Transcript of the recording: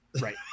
Right